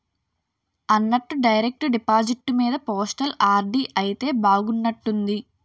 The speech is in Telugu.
అన్నట్టు డైరెక్టు డిపాజిట్టు మీద పోస్టల్ ఆర్.డి అయితే బాగున్నట్టుంది